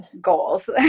goals